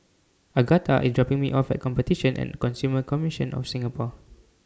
Agatha IS dropping Me off At Competition and Consumer Commission of Singapore